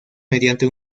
mediante